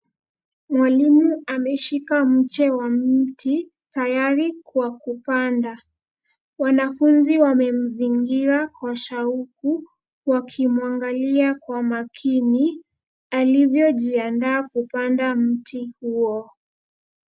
Mwalimu ameshika mche wa mti tayari kwa kupanda, wanafunzi wamemzingira kwa shauku wakimwangalia kwa makini alivyojiandaa kupanda mti huo.